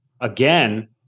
again